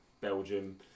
Belgium